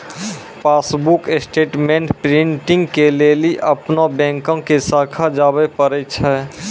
passbook statement printing के लेली अपनो बैंको के शाखा जाबे परै छै